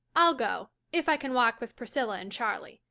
i'll go, if i can walk with priscilla and charlie.